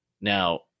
now